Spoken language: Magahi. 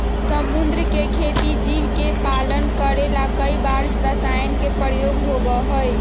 समुद्र के खेती जीव के पालन करे ला कई बार रसायन के प्रयोग होबा हई